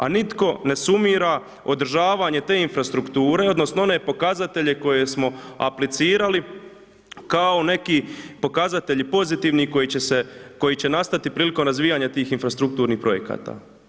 A nitko ne sumira održavanje te infrastrukture odnosno one pokazatelje koje smo aplicirali kao neki pokazatelji pozitivni i koji će se, koji će nastati prilikom razvijanja tih infrastrukturnih projekata.